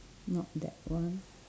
not that one